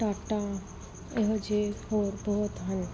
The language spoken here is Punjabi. ਟਾਟਾ ਇਹੋ ਜਿਹੇ ਹੋਰ ਬਹੁਤ ਹਨ